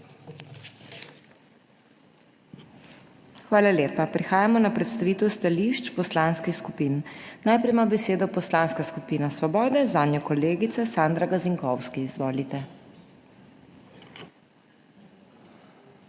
Hvala lepa. Prehajamo na predstavitev stališč poslanskih skupin. Najprej ima besedo Poslanska skupina Svobode, zanjo kolegica Sandra Gazinkovski. Izvolite.